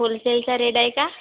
होलसेलचा rate आहे का